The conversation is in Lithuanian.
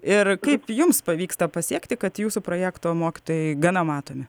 ir kaip jums pavyksta pasiekti kad jūsų projekto mokytojai gana matomi